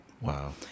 Wow